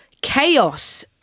Chaos